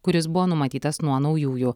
kuris buvo numatytas nuo naujųjų